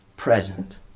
present